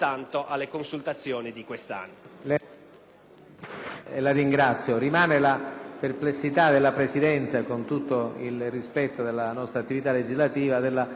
perplessità della Presidenza, con tutto il rispetto per la nostra attività legislativa, sull'opportunità di prevedere questa norma come transitoria e non come norma a regime. Forse,